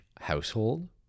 household